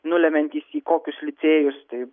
nulemiantys į kokius licėjus tai